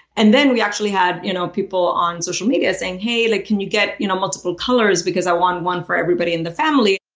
and then we actually had, you know, people on social media saying, hey, look, can you get, you know, multiple colors because i want one for everybody in the family?